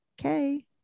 okay